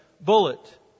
bullet